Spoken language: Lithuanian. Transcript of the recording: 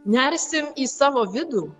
nersim į savo vidų